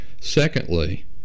Secondly